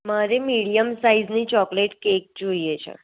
મારે મીડિયમ સાઈઝની chocolate cake જોઈએ છે